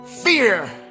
fear